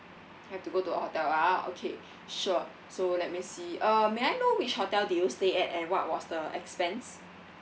have to go to a hotel ah okay sure so let me see uh may I know which hotel did you stay at and what was the expense